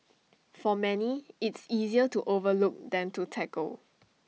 for many it's easier to overlook than to tackle